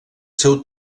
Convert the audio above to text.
seu